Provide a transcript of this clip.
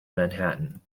manhattan